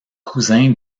cousin